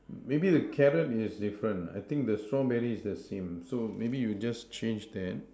maybe the carrots is different I think the strawberry is the same so maybe you just change that